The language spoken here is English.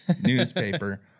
newspaper